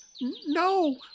No